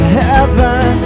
heaven